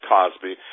Cosby